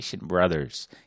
brothers